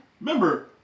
Remember